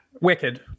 Wicked